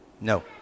No